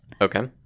Okay